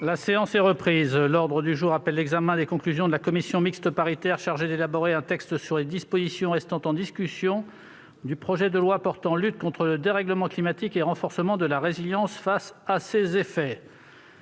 La séance est reprise. L'ordre du jour appelle l'examen des conclusions de la commission mixte paritaire chargée d'élaborer un texte sur les dispositions restant en discussion du projet de loi portant lutte contre le dérèglement climatique et renforcement de la résilience face à ses effets